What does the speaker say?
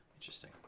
interesting